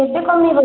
କେବେ କମିବ